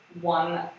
one